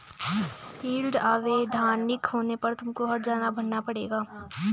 yield अवैधानिक होने पर तुमको हरजाना भरना पड़ेगा